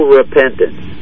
repentance